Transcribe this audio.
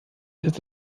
ist